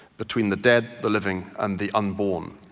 between the dead, the living, and the unborn.